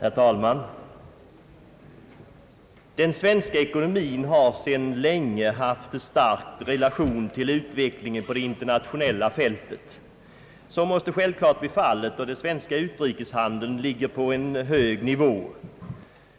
Herr talman! Den svenska ekonomin har sedan länge haft en stark relation till utvecklingen på det internationella fältet. Så måste självklart bli fallet då den svenska utrikeshandeln ligger på en hög nivå.